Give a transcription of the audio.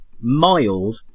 Mild